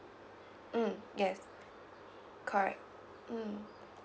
mm yes correct mm